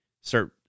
start